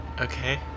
Okay